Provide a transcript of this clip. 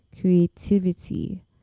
creativity